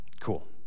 Cool